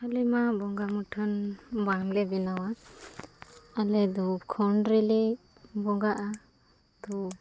ᱟᱞᱮᱢᱟ ᱵᱚᱸᱜᱟ ᱢᱩᱴᱷᱟᱹᱱ ᱵᱟᱝᱞᱮ ᱵᱮᱱᱟᱣᱟ ᱟᱞᱮ ᱫᱚ ᱠᱷᱚᱸᱰ ᱨᱮᱞᱮ ᱵᱚᱸᱜᱟᱜᱼᱟ ᱫᱷᱩᱯ